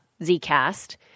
Zcast